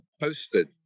posted